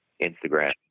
Instagram